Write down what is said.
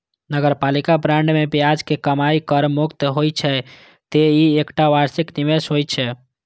नगरपालिका बांड मे ब्याज के कमाइ कर मुक्त होइ छै, तें ई एकटा आकर्षक निवेश होइ छै